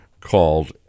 called